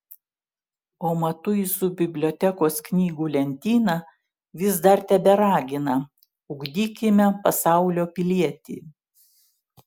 o matuizų bibliotekos knygų lentyna vis dar teberagina ugdykime pasaulio pilietį